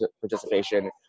participation